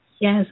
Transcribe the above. Yes